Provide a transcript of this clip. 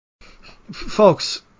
Folks